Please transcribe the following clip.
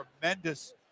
tremendous